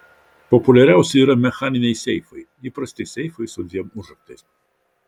populiariausi yra mechaniniai seifai įprasti seifai su dviem užraktais